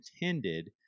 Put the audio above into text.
intended